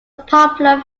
popular